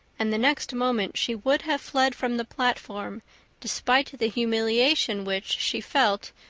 and the next moment she would have fled from the platform despite the humiliation which, she felt,